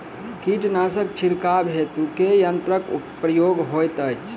कीटनासक छिड़काव हेतु केँ यंत्रक प्रयोग होइत अछि?